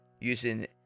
using